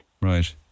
Right